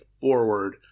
forward